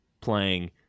playing